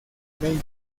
davies